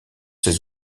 ses